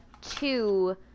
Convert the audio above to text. two